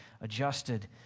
adjusted